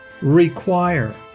require